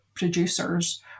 producers